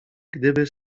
gdyby